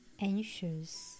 anxious